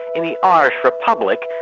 in the ah irish republic,